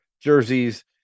jerseys